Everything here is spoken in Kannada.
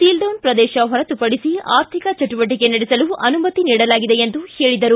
ಸೀಲ್ಡೌನ್ ಪ್ರದೇಶ ಹೊರತುಪಡಿಸಿ ಅರ್ಥಿಕ ಚಟುವಟಿಕೆ ನಡೆಸಲು ಅನುಮತಿ ನೀಡಲಾಗಿದೆ ಎಂದರು